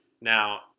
Now